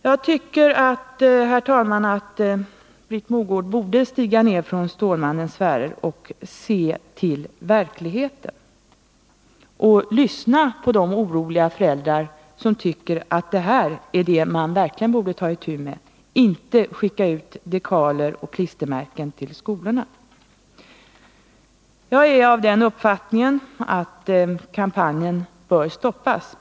Jag tycker, herr talman, att Britt Mogård borde stiga ned från Stålmannens sfärer, se till verkligheten och lyssna på de oroliga föräldrar som tycker att det här är det som man verkligen borde ta itu med, i stället för att skicka ut dekaler och klistermärken till skolorna. Jag är av den uppfattningen att kampanjen bör stoppas.